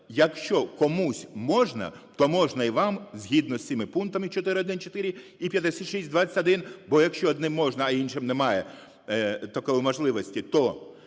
якщо комусь можна, то можна і вам, згідно з цими пунктами 4.1.4 і 56.21. Бо якщо одним можна, а іншим немає такої можливості, то